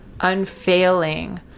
unfailing